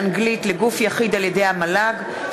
מונופול לבחינות מיון באנגלית לגוף יחיד על-ידי המל"ג,